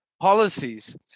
policies